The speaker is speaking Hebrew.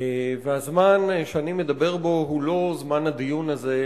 וזמן שאני מדבר בו הוא לא זמן הדיון הזה,